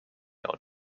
are